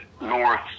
north